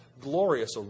glorious